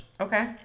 Okay